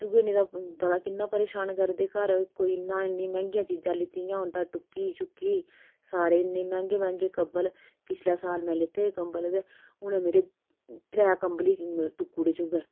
चूहे नि ते पता किन्ना परेशान करदे घर कोई इन्ना इन्नियां मैह्गियां चीज़ां लैती दियां होन तां टुक्की छुक्की सारे इन्ने मैंह्गे मैंह्गे कंबल पिछले साल में लैते हे कंबल ते हून मेरे त्रै कंबल ही टुक्कू उड़े चूहें